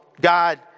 God